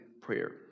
prayer